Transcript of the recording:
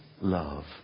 love